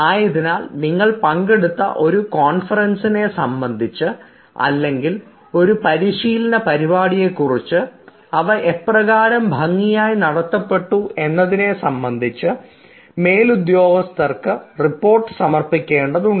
ആയതിനാൽ നിങ്ങൾ പങ്കെടുത്ത ഒരു കോൺഫറൻസിനെ സംബന്ധിച്ച് അല്ലെങ്കിൽ ഒരു പരിശീലന പരിപാടിയെക്കുറിച്ച് അവ എപ്രകാരം ഭംഗിയായി നടത്തപ്പെട്ടു എന്നതിനെ സംബന്ധിച്ച് മേലുദ്യോഗസ്ഥർക്ക് റിപ്പോർട്ട് സമർപ്പിക്കേണ്ടതുണ്ട്